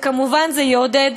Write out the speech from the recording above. וכמובן זה יעודד,